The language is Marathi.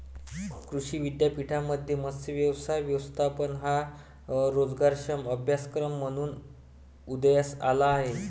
कृषी विद्यापीठांमध्ये मत्स्य व्यवसाय व्यवस्थापन हा रोजगारक्षम अभ्यासक्रम म्हणून उदयास आला आहे